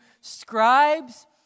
scribes